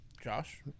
Josh